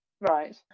Right